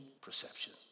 perception